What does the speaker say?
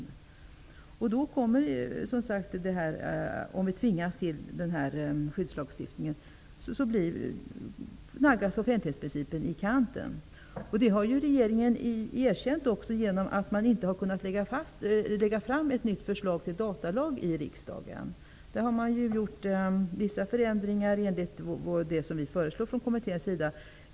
Då blir den här frågan som sagt aktuell. Om vi tvingas till den här skyddslagstiftningen naggas offentlighetsprincipen i kanten. Det har regeringen erkänt genom att man inte har kunnat lägga fram ett nytt förslag till datalag i riksdagen. Man har gjort vissa förändringar i enlighet med det som kommittén föreslog.